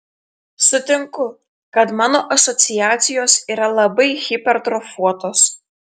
sutinku kad mano asociacijos yra labai hipertrofuotos